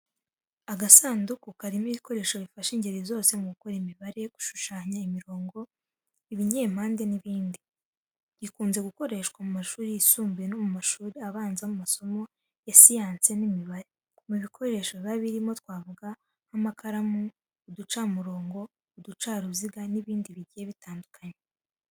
Agasanduku karimo ibikoresho bifasha ingeri zose mu gukora imibare, gushushanya imirongo, ibinyempande n’ibindi. Bikunze gukoreshwa mu mashuri yisumbuye no mu mashuri abanza mu masomo ya siyansi n'imibare. Mu bikoresho biba birimo twavuga nk’amakaramu, uducamurongo, uducaruziga n’ibindi bigiye bitandukanye.